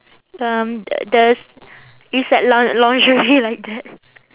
um the there's it's like lin~ lingerie like that